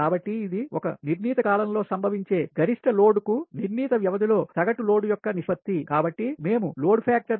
కాబట్టి ఇది నిర్ణీత కాలం లో సంభవించే గరిష్ట లోడ్కు నిర్ణీత వ్యవధి లో సగటు లోడ్ యొక్క నిష్పత్తి కాబట్టి మేము లోడ్ ఫ్యాక్టర్